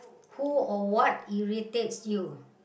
who or what irritates you